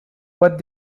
what